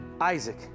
Isaac